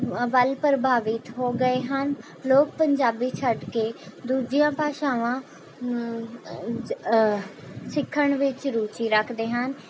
ਵੱਲ ਪ੍ਰਭਾਵਿਤ ਹੋ ਗਏ ਹਨ ਲੋਕ ਪੰਜਾਬੀ ਛੱਡ ਕੇ ਦੂਜੀਆਂ ਭਾਸ਼ਾਵਾ ਸਿੱਖਣ ਵਿੱਚ ਰੁਚੀ ਰੱਖਦੇ ਹਨ